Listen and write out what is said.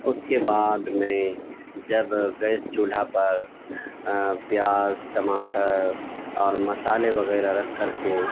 اس کے بعد میں جب گیس چولہا پر پیاز ٹماٹر اور مسالے وغیرہ رکھ کر کے